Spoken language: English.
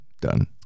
Done